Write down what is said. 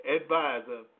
advisor